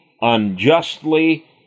unjustly